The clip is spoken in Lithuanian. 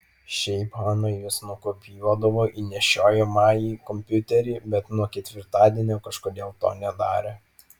šiaip hana juos nukopijuodavo į nešiojamąjį kompiuterį bet nuo ketvirtadienio kažkodėl to nedarė